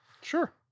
sure